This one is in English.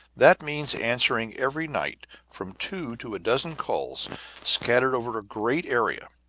that means answering every night from two to a dozen calls scattered over a great area.